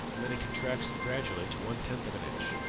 when it contracts gradually to one-tenth of an inch.